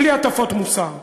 בלי הטפות מוסר.